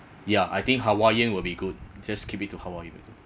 ya I think hawaiian will be good just keep it to hawaiian